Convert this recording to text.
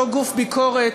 אותו גוף ביקורת,